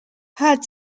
had